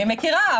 אני מכירה,